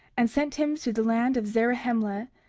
and sent him to the land of zarahemla,